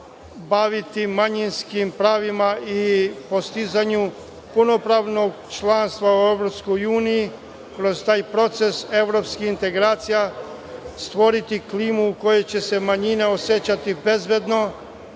baviti manjinskim pravima i postizanju punopravnog članstva u EU. Kroz taj proces evropskih integracija stvoriti klimu u kojoj će se manjine osećati bezbedno,